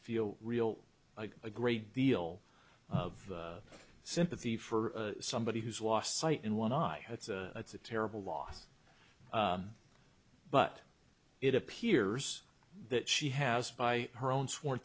feel real like a great deal of sympathy for somebody who's lost sight in one eye it's a terrible loss but it appears that she has by her own sworn